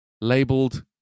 labeled